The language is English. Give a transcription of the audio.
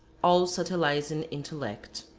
all-subtilizing intellect.